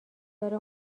داره